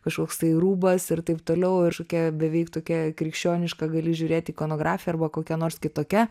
kažkoks tai rūbas ir taip toliau ir kažkokia beveik tokia krikščioniška gali žiūrėti ikonografija arba kokia nors kitokia